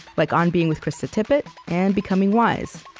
like on being with krista tippett and becoming wise.